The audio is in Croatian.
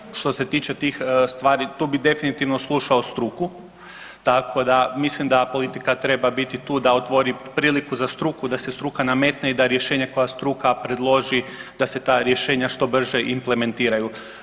Jasno, ma što se tiče tih stvari tu bi definitivno slušao struku, mislim da politika treba biti tu da otvori priliku za struku da se struka nametne i da rješenje koja struka predloži da se ta rješenja što brže implementiraju.